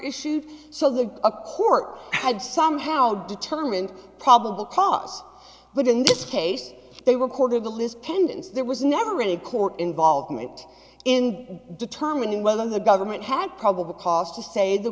issued so that a court had somehow determined probable cause but in this case they recorded a list pendants there was never any court involvement in determining whether the government had probable cause to say the